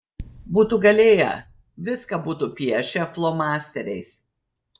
būtų galėję viską būtų piešę flomasteriais